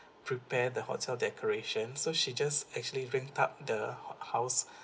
prepare the hotel decoration so she just actually rent up the hou~ house